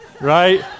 right